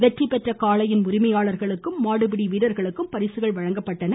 வெற்றி பெற்ற காளையின் உரிமையாளர்களுக்கும் மாடுபிடி வீரர்களுக்கும் பரிசுகள் வழங்கப்பட்டன